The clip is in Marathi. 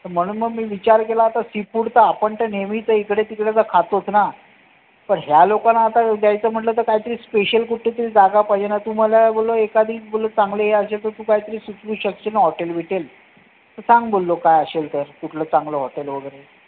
तर म्हणून मग मी विचार केला आता सीफूड तर आपण तर नेहमीच इकडेतिकडे तर खातोच ना तर ह्या लोकांना आता द्यायचं म्हटलं तर काय तरी स्पेशल कुठली तरी जागा पाहिजे ना तू मला बोललो एखादी बोललो चांगली ही असे तू काय तरी सुचवू शकशील ना हॉटेल बीटेल तर सांग बोललो काय असेल तर कुठलं चांगलं हॉटेल वगैरे